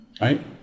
Right